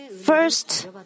first